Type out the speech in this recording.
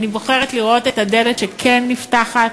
אני בוחרת לראות את הדלת שכן נפתחת.